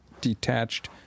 detached